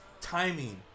timing